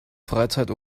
freizeit